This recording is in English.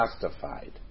justified